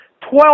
twelve